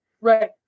Right